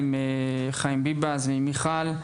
עם חיים ביבס ועם מיכל,